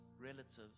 relatives